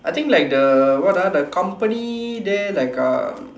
I think like the what ah the company there like um